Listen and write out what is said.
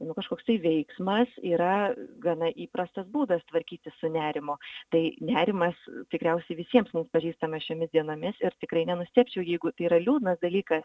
nu kažkoks tai veiksmas yra gana įprastas būdas tvarkytis su nerimu tai nerimas tikriausiai visiems mum pažįstamas šiomis dienomis ir tikrai nenustebčiau jeigu tai yra liūdnas dalykas